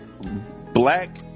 Black